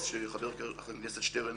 וחבר הכנסת שטרן